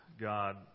God